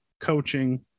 coaching